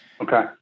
Okay